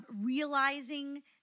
realizing